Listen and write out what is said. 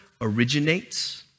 originates